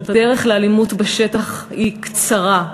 הדרך לאלימות בשטח היא קצרה.